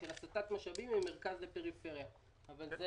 של הסטת משאבים ממרכז לפריפריה, אבל זה